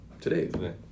today